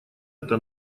это